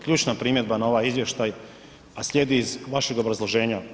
Ključna primjedba na ovaj izvještaj, a slijedi iz vašeg obrazloženja.